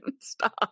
stop